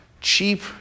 cheap